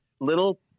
little